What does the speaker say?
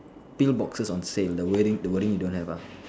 peel boxes on sale the wording the wording you don't have ah